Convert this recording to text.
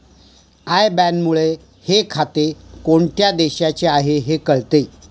I बॅनमुळे हे खाते कोणत्या देशाचे आहे हे कळते